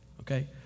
okay